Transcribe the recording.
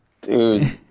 dude